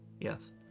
Yes